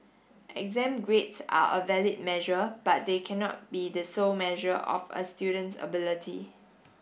exam grades are a valid measure but they cannot be the sole measure of a student's ability